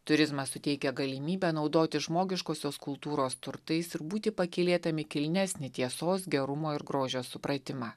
turizmas suteikia galimybę naudotis žmogiškosios kultūros turtais ir būti pakylėtam į kilnesnį tiesos gerumo ir grožio supratimą